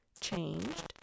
changed